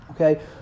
okay